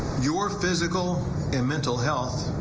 your physical and mental health.